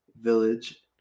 village